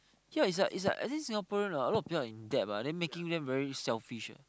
ya is like is like I think Singaporean ah a lot of people are in debt ah then making them very selfish eh